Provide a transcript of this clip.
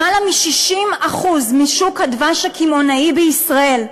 למעלה מ-60% משוק הדבש הקמעונאי בישראל,